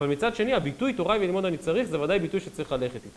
אבל מצד שני הביטוי תורה היא וללמוד אני צריך זה בוודאי ביטוי שצריך ללכת איתה.